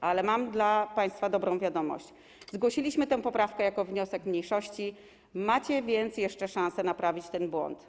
Mam jednak dla państwa dobrą wiadomość: zgłosiliśmy tę poprawkę jako wniosek mniejszości, macie więc jeszcze szansę naprawić ten błąd.